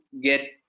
get